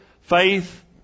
Faith